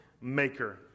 maker